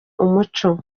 umuco